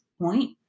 point